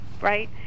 right